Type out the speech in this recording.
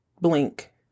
blink